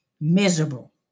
miserable